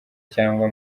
cyangwa